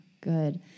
Good